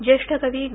ज्येष्ठ कवी ग